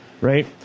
right